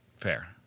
Fair